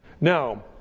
Now